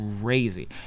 crazy